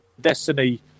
destiny